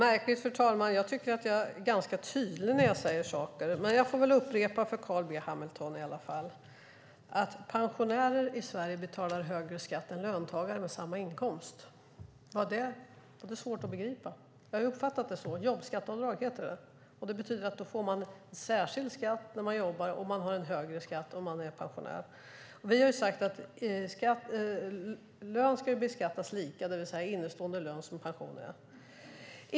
Fru talman! Jag tycker att jag är ganska tydlig när jag säger saker. Men jag får väl upprepa en sak för Carl B Hamilton i alla fall. Pensionärer i Sverige betalar högre skatt än löntagare med samma inkomst. Var det svårt att begripa? Jag har uppfattat det så. Jobbskatteavdrag heter det, och det betyder att man får en särskild skatt när man jobbar och en högre skatt om man är pensionär. Vi har sagt att lön ska beskattas lika, det vill säga även pension som är innestående lön.